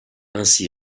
ainsi